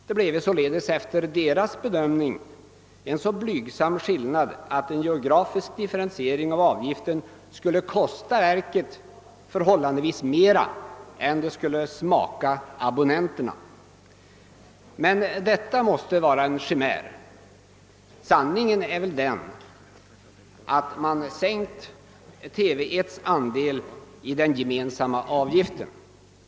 Det bleve således efter deras bedömning en så blygsam skillnad att en geografisk differentiering av avgiften skulle kosta televerket förhållandevis mera än den skulle smaka abonnenterna. Detta måste vara en chimär. Sanningen är väl att man sänkt den andel som TV 1 har av den gemensamma avgiften.